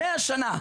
100 שנה,